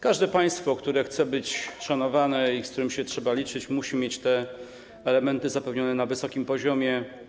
Każde państwo, które chce być szanowane i z którym trzeba się liczyć, musi mieć te elementy zapewnione na wysokim poziomie.